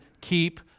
keep